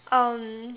um